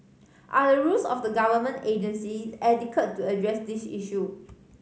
are the rules of the government agencies adequate to address the issue